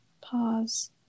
pause